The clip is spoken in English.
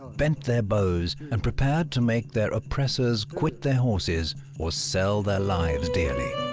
bent their bows. and prepared to make their oppressors quit their horses or sell their lives dearly